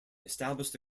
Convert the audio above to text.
established